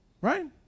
Right